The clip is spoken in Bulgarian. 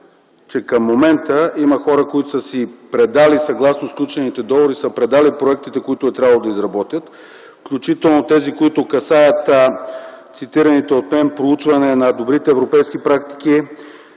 че и към момента има хора, които съгласно сключените договори са предали проектите, които е трябвало да изработят, включително тези, които касаят цитираните от мен - проучване на добрите европейски практики.